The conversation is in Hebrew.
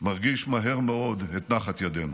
מרגיש מהר מאוד את נחת ידנו.